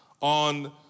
on